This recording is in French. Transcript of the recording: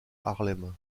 harlem